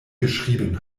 geschrieben